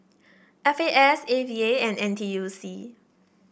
F A S A V A and N T U C